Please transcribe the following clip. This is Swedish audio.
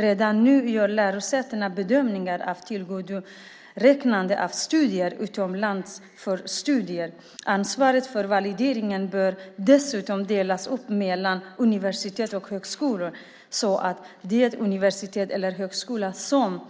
Redan nu gör lärosätena bedömningar av tillgodoräknande av studier utomlands. Ansvaret för valideringen bör dessutom delas upp mellan universitet och högskolor så att det universitet eller den högskola som